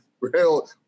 real